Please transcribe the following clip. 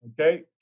Okay